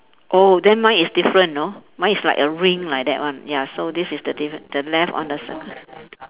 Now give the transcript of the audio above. oh then mine is different you know mine is like a ring like that one ya so this is the differen~ the left on the circle